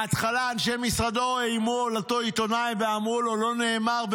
בהתחלה אנשי משרדו איימו על אותו עיתונאי ואמרו לו: לא נאמר,